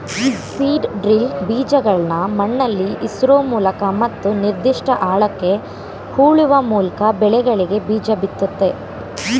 seed drill ಬೀಜಗಳ್ನ ಮಣ್ಣಲ್ಲಿಇರ್ಸೋಮೂಲಕ ಮತ್ತು ನಿರ್ದಿಷ್ಟ ಆಳಕ್ಕೆ ಹೂಳುವಮೂಲ್ಕಬೆಳೆಗಳಿಗೆಬೀಜಬಿತ್ತುತ್ತೆ